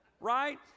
Right